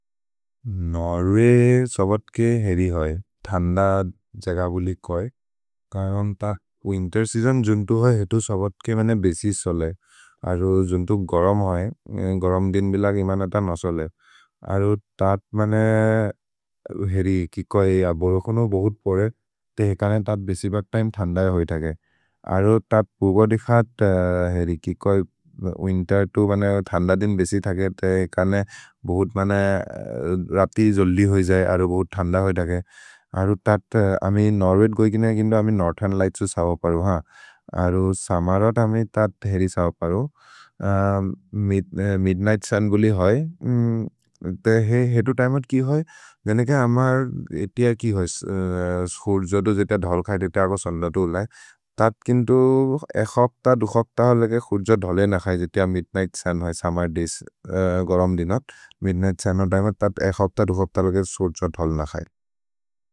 नौरे सबत्के हेरि होइ, थन्द जग बुलि कोइ विन्तेर् सेअसोन् जुन्तो होइ हेतु सबत्के बेसि सोले जुन्तो गरम् होइ। गरम् दिन् बिलग् इमन त नसोले अरु तत् मने हेरि कि कोइ, बोरकोनु बोहुत् पोरे ते हेकने तत् बेसि बक् तिमे थन्द होइ। थगे अरु त पुर्ब दिखत् हेरि कि कोइ विन्तेर् तु थन्द दिन् बेसि थगे हेकने बोहुत् मने रति जोल्लि होइ जये। अरु बोहुत् थन्द होइ थगे अरु तत्, अमे नोर्वेग् गोइ किने, अमे नोर्थेर्न् लिघ्त्सु सबत् परु ह अरु समरोद् अमे तत् हेरि सबत् परु मिद्निघ्त् सुन् गुलि होइ। हेतु तिमे होइ कि होइ? गेनिके अमर् एति है कि होइ, सुर्जोदु जित धल्खै जित अग सन्दतो ओले तत् किन्तु एक् हफ्त। दु हफ्त होले के सुर्जोद् धले नखै जित मिद्निघ्त् सुन् होइ, सुम्मेर् दय्स्।